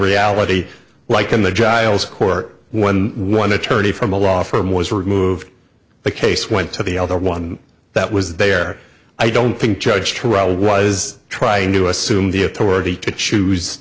reality like in the giles court when one attorney from a law firm was removed the case went to the other one that was there i don't think judge threw out was trying to assume the authority to choose